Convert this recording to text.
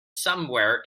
somewhere